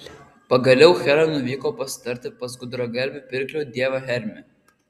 pagaliau hera nuvyko pasitarti pas gudragalvį pirklių dievą hermį